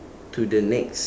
to the next